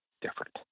different